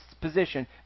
position